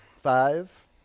five